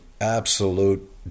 absolute